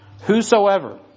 Whosoever